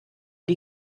die